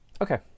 okay